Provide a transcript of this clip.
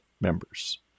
members